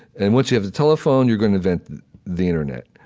and once you have the telephone, you're going to invent the internet.